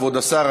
כבוד השר,